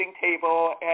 table